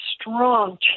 strong